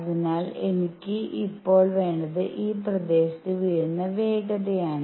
അതിനാൽ എനിക്ക് ഇപ്പോൾ വേണ്ടത് ഈ പ്രദേശത്ത് വീഴുന്ന വേഗതയാണ്